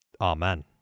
Amen